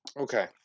Okay